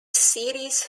series